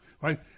right